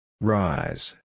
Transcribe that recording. Rise